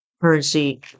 currency